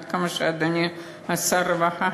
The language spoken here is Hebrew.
כמה שאדוני שר הרווחה,